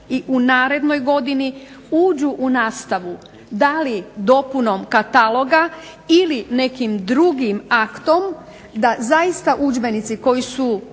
i u narednoj godini uđu u nastavu, da li dopunom kataloga ili nekim drugim aktom, da zaista udžbenici koji su